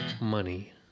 money